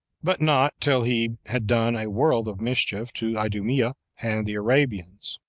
but not till he had done a world of mischief to idumea and the arabians.